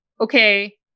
okay